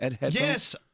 Yes